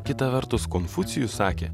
kita vertus konfucijus sakė